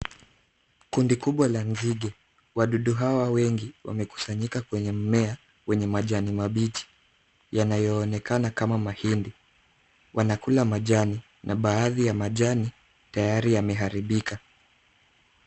Kundi kubwa la nzige. Wadudu hawa wengi wamekusanyika kwenye mmea wenye majani mabichi yanayoonekana kama mahindi. Wanakula majani na baadhi ya majani tayari yameharibika.